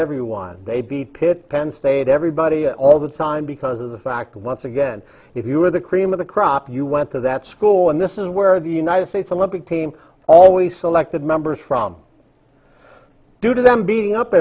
everyone they beat pitt penn state everybody all the time because of the fact that once again if you were the cream of the crop you went to that school and this is where the united states olympic team always selected members from due to them beating up